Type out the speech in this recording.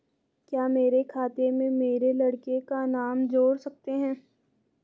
क्या मेरे खाते में मेरे लड़के का नाम जोड़ सकते हैं?